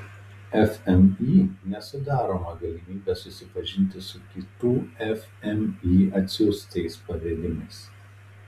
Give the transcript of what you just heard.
fmį nesudaroma galimybė susipažinti su kitų fmį atsiųstais pavedimais